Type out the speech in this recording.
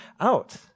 out